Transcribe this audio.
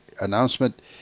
announcement